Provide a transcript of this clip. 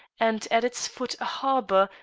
and at its foot a harbour,